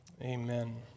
Amen